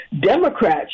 Democrats